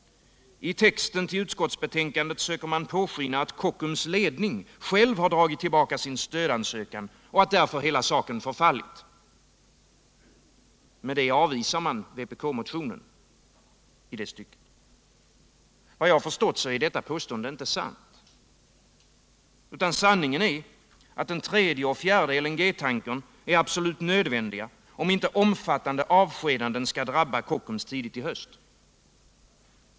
I texten till utskottsbetänkandet söker man påskina att Kockums ledning själv har dragit tillbaka sin stödansökan och att hela saken därför förfallit. Med det avvisar utskottet vpk-motionen i det stycket. Men efter vad jag förstått är detta inte sant. Sanningen är att tredje och fjärde LNG tankern är absolut nödvändiga, om inte omfattande avskedanden skall drabba Kockums tidigt i höst.